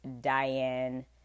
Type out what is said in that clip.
Diane